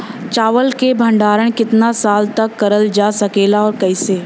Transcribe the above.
चावल क भण्डारण कितना साल तक करल जा सकेला और कइसे?